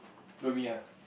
go with me ah